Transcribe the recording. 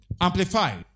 Amplify